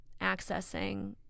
accessing